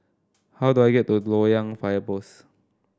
how do I get to Loyang Fire Post